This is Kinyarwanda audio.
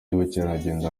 y’ubukerarugendo